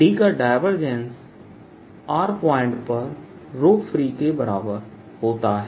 Dका divergence r point पर free के बराबर होता है